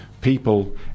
People